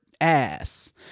ass